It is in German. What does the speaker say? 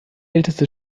älteste